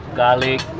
garlic